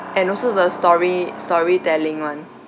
and also the story~ storytelling [one]